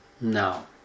No